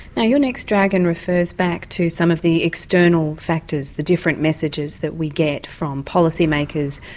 now your next dragon refers back to some of the external factors, the different messages that we get from policy makers,